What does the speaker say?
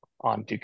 on